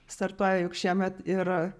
startuoja juk šiemet yra